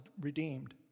redeemed